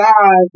God